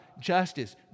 justice